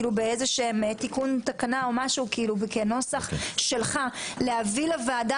בתיקון תקנה או משהו כנוסח שלך להביא לוועדה